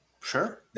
sure